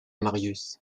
marius